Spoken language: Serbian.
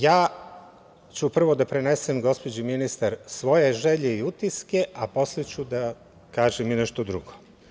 Ja ću prvo da prenesem gospođi ministar svoje želje i utiske, a posle ću da kažem i nešto drugo.